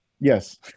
Yes